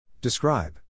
Describe